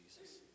Jesus